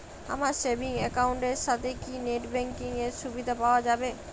আমার savings account এর সাথে কি নেটব্যাঙ্কিং এর সুবিধা পাওয়া যাবে?